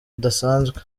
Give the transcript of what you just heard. budasanzwe